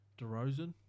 DeRozan